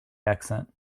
accent